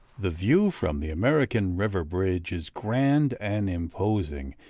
the view from the american river bridge is grand and imposing,